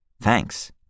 Thanks